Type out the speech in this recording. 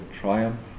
triumph